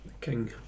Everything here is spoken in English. King